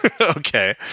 Okay